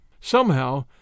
Somehow